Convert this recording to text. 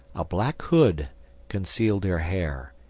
a black hood concealed her hair,